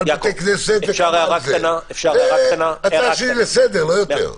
זו הצעה שלי לסדר, לא יותר.